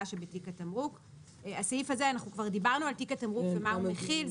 שבתיק התמרוק.";" אנחנו כבר דיברנו על תיק התמרוק ומה הוא מכיל.